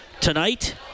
tonight